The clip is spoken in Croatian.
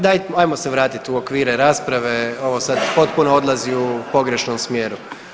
Daj, ajmo se vratit u okvire rasprave, ovo sad potpuno odlazi u pogrešnom smjeru.